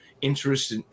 interest